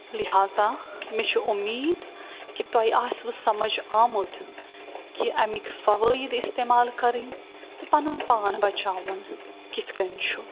لہذا مےٚ چھِ اُمیٖد کہِ تۄہہِ آسِوٕ سمجھ آمُت کہِ اَمِکۍ فوٲیِد اِستعمال کَرٕنۍ تہٕ پَنُن پان بچاوُن کِتھٕ کٔنۍ چھُ